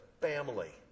family